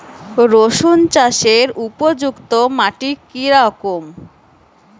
রুসুন চাষের উপযুক্ত মাটি কি রকম?